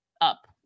up